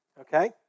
okay